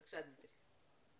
בבקשה, דמיטרי.